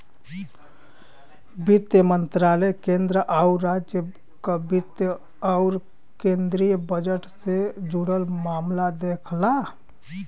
वित्त मंत्रालय केंद्र आउर राज्य क वित्त आउर केंद्रीय बजट से जुड़ल मामला देखला